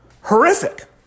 Horrific